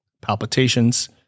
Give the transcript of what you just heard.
palpitations